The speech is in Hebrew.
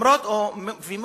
הן אומרות או מוכיחות